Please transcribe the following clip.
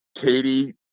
Katie